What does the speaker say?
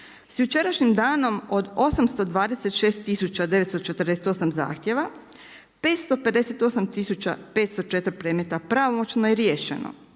S jučerašnjim danom od 826 tisuća 948 zahtjeva, 558 tisuća 504 predmeta pravomoćno je riješeno,